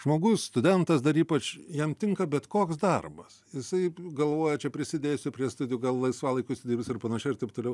žmogus studentas dar ypač jam tinka bet koks darbas jisai galvoja čia prisidėsiu prie studijų gal laisvalaikiu užsidirbsiu ir panašiai ir taip toliau